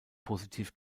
positiv